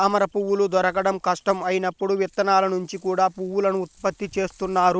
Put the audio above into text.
తామరపువ్వులు దొరకడం కష్టం అయినప్పుడు విత్తనాల నుంచి కూడా పువ్వులను ఉత్పత్తి చేస్తున్నారు